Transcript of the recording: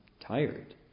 tired